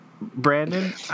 Brandon